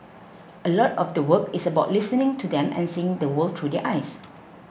a lot of the work is about listening to them and seeing the world through their eyes